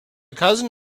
cousin